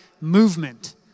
movement